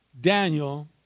Daniel